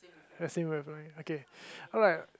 I see my point okay alright